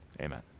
Amen